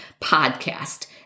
podcast